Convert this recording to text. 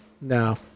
No